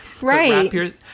Right